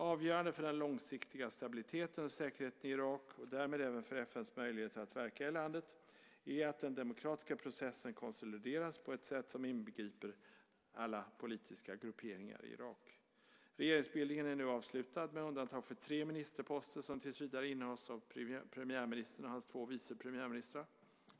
Avgörande för den långsiktiga stabiliteten och säkerheten i Irak, och därmed även för FN:s möjligheter att verka i landet, är att den demokratiska processen konsolideras på ett sätt som inbegriper alla politiska grupperingar i Irak. Regeringsbildningen är nu avslutad med undantag för tre ministerposter som tills vidare innehas av premiärministern och hans två vice premiärministrar.